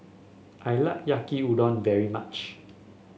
I like Yaki Udon very much